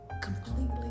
completely